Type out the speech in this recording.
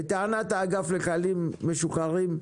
לטענת האגף לחיילים משוחררים,